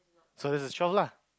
so this is twelve lah